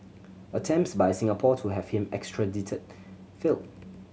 attempts by Singapore to have him extradited failed